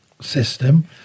system